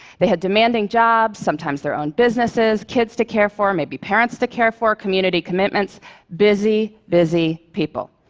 they had demanding jobs, sometimes their own businesses, kids to care for, maybe parents to care for, community commitments busy, busy people.